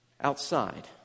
outside